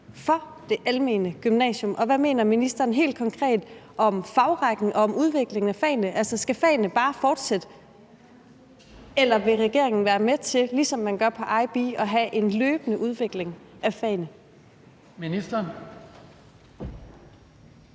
for det almene gymnasium egentlig er, og hvad ministeren mener helt konkret om fagrækken og om udviklingen af fagene. Skal fagene bare fortsætte, eller vil regeringen være med til, ligesom man gør på ib, at have en løbende udvikling af fagene? Kl.